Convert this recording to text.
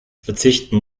verzichten